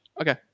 Okay